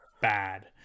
bad